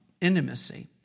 intimacy